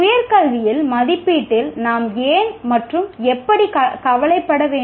உயர் கல்வியில் மதிப்பீட்டில் நாம் ஏன் எப்படி கவலைப்பட வேண்டும்